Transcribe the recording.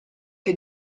che